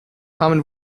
common